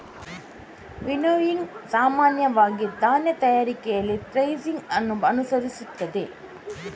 winnowing ಸಾಮಾನ್ಯವಾಗಿ ಧಾನ್ಯ ತಯಾರಿಕೆಯಲ್ಲಿ ಥ್ರೆಸಿಂಗ್ ಅನ್ನು ಅನುಸರಿಸುತ್ತದೆ